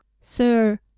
Sir